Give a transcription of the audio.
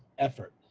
effort.